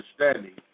understanding